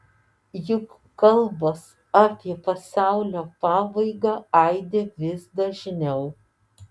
juk kalbos apie pasaulio pabaigą aidi vis dažniau